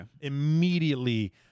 immediately